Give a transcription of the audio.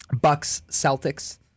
Bucks-Celtics